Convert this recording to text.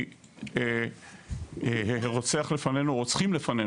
כי רוצחים לפנינו,